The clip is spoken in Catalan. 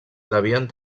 devien